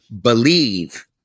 believe